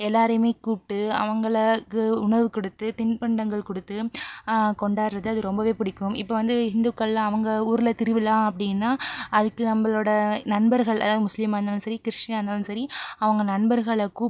எல்லோரையுமே கூப்பிட்டு அவர்களுக்கு உணவு கொடுத்து திண்பண்டங்கள் கொடுத்து கொண்டாடுறது அது ரொம்பவே பிடிக்கும் இப்போ வந்து இந்துக்கள்லாம் அவங்க ஊரில் திருவிழா அப்படின்னா அதுக்கு நம்மளோடய நண்பர்கள் அதாவது முஸ்லிமாக இருந்தாலும் சரி கிறிஸ்டினாகருந்தாலும் சரி அவங்க நண்பர்களை கூப்பிட்டு